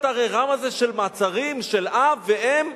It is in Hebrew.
ללא כל הטררם הזה של מעצרים של אב ואם,